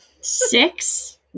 Six